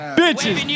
bitches